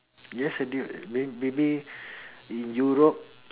yes may maybe in Europe